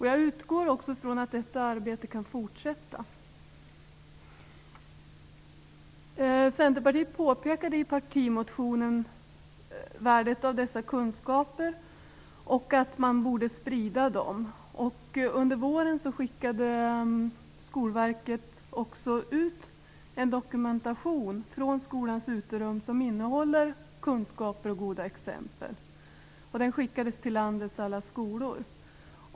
Jag utgår också ifrån att detta arbete kan fortsätta. Centerpartiet påpekade i partimotionen värdet av dessa kunskaper och att man borde sprida dem. Under våren skickade Skolverket också ut en dokumentation från "Skolans uterum" till landets alla skolor som innehåller kunskaper och goda exempel.